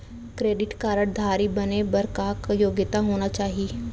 Credit card धारी बने बर का का योग्यता होना चाही?